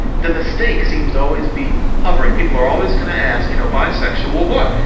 the mistake seems to always be hovering. people are always going to ask, you know, bisexual what?